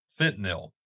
Fentanyl